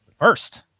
first